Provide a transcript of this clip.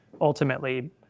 ultimately